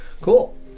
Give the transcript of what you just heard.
Cool